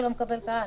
זה שלא מקבל קהל.